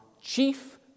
chief